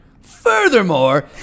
Furthermore